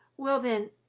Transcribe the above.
well, then,